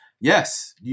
Yes